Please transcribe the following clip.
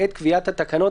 בעת קביעת התקנות,